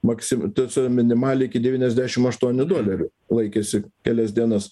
maksi toco minimaliai iki devyniasdešim aštuonių dolerių laikėsi kelias dienas